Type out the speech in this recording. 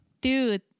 Dude